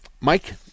Mike